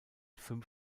fünf